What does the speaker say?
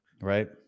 right